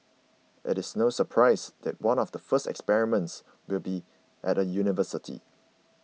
it is no surprise that one of the first experiments will be at a university